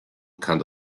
kann